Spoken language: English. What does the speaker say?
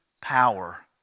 power